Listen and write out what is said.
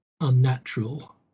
unnatural